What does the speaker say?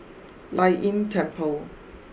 Lei Yin Temple